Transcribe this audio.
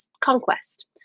conquest